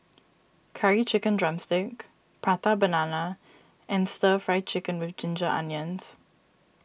Curry Chicken Drumstick Prata Banana and Stir Fry Chicken with Ginger Onions